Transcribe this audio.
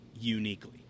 uniquely